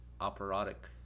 operatic